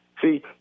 see